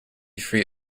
free